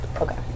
Okay